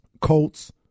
Colts